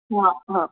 हा हा